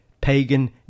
pagan